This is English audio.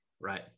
right